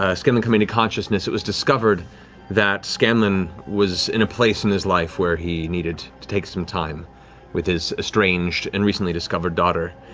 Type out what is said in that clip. ah scanlan coming to consciousness, it was discovered that scanlan was in a place in his life where he needed to take some time with his estranged and recently discovered daughter.